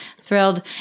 thrilled